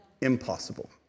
Impossible